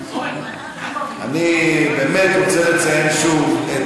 אני באמת רוצה לציין שוב,